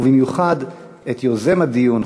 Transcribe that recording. ובמיוחד את יוזם הדיון,